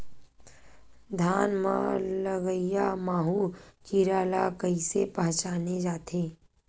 धान म लगईया माहु कीरा ल कइसे पहचाने जाथे?